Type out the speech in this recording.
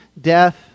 death